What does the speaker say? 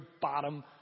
bottom